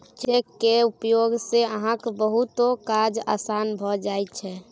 cheque केर उपयोग सँ अहाँक बहुतो काज आसान भए जाइत छै